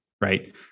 right